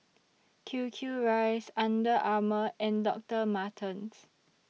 Q Q Rice Under Armour and Doctor Martens